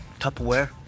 Tupperware